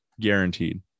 Guaranteed